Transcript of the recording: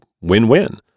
win-win